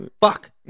fuck